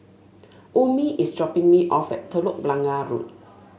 Omie is dropping me off at Telok Blangah Road